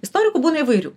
istorikų būna įvairių